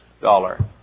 dollar